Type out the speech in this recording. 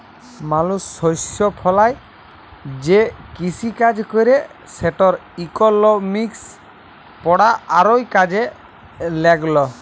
মালুস শস্য ফলায় যে কিসিকাজ ক্যরে সেটর ইকলমিক্স পড়া আরও কাজে ল্যাগল